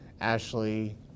Ashley